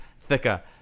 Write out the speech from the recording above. thicker